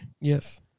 Yes